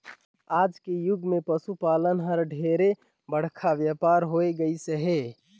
आज के जुग मे पसु पालन हर ढेरे बड़का बेपार हो होय गईस हे